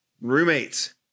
roommates